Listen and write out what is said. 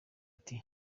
ati